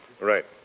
Right